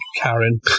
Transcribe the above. Karen